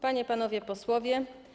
Panie i Panowie Posłowie!